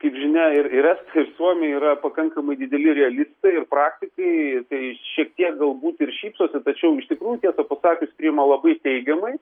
kaip žinia ir estai ir suomiai yra pakankamai dideli realistai praktikai tai šiek tiek galbūt ir šypsosi tačiau iš tikrųjų tiesą pasakius priima labai teigiamai